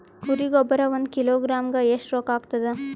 ಕುರಿ ಗೊಬ್ಬರ ಒಂದು ಕಿಲೋಗ್ರಾಂ ಗ ಎಷ್ಟ ರೂಕ್ಕಾಗ್ತದ?